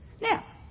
Now